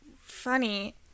funny